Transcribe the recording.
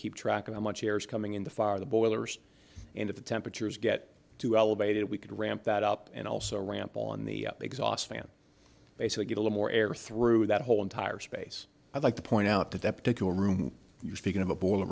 keep track of how much air is coming in the fire the boilers and at the temperatures get to elevated we could ramp that up and also ramp on the exhaust fan base and get a lot more air through that whole entire space i'd like to point out that that particular room you speaking of a boiler